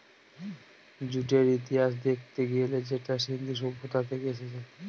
জুটের ইতিহাস দেখতে গেলে সেটা সিন্ধু সভ্যতা থেকে এসেছে